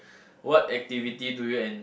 what activity do you in